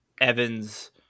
Evan's